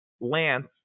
Lance